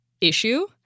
issue